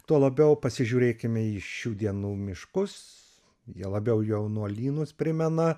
tuo labiau pasižiūrėkime į šių dienų miškus juo labiau jaunuolynus primena